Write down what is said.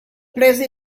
prese